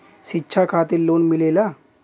शिक्षा खातिन लोन मिलेला?